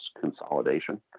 consolidation